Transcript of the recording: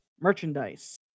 merchandise